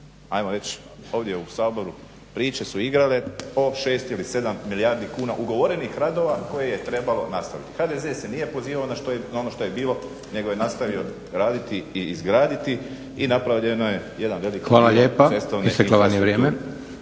hajmo reći ovdje u Saboru, priče su igrale o 6 ili 7 milijardi kuna ugovorenih radova koje je trebalo nastaviti. HDZ se nije pozivao na ono što je bilo nego je nastavio raditi i izgraditi i napravljeno je jedan veliki dio cestovne